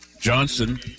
Johnson